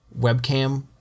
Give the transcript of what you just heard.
webcam